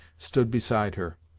stood beside her.